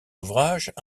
ouvrages